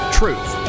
truth